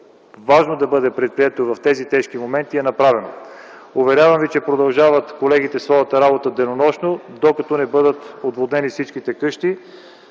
важно да бъде предприето в тези тежки моменти, е направено. Уверявам ви, че колегите продължават своята работа денонощно, докато не бъдат отводнени всички къщи.